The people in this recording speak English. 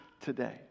today